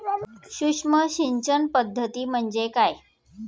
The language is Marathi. सूक्ष्म सिंचन पद्धती म्हणजे काय?